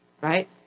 right